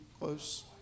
close